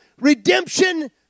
redemption